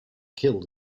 killed